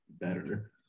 better